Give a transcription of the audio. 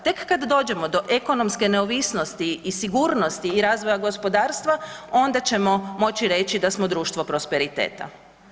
Tek kad dođemo do ekonomske neovisnosti i sigurnosti i razvoja gospodarstva onda ćemo moći reći da smo društvo prosperiteta.